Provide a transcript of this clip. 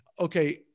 Okay